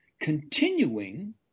Continuing